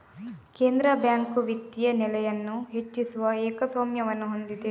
ಕೇಂದ್ರ ಬ್ಯಾಂಕ್ ವಿತ್ತೀಯ ನೆಲೆಯನ್ನು ಹೆಚ್ಚಿಸುವ ಏಕಸ್ವಾಮ್ಯವನ್ನು ಹೊಂದಿದೆ